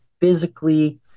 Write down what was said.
physically